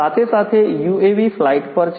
સાથે સાથે UAV flight પર છે